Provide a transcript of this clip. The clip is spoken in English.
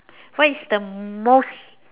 what is the most